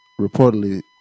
reportedly